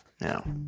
Now